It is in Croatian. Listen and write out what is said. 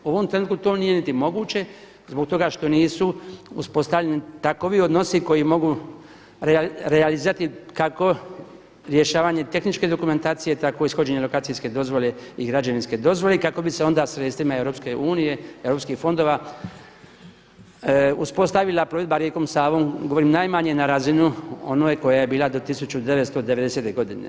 U ovom trenutku to nije niti moguće zbog toga što nisu uspostavljeni takvi odnosi koji mogu realizirati kako rješavanje tehničke dokumentacije tako i ishođenje lokacijske dozvole i građevinske dozvole i kako bi se onda sredstvima EU, europskih fondova uspostavila plovidba rijekom Savom, govorim najmanje na razinu one koja je bila do 1990. godine.